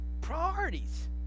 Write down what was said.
Priorities